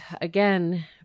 again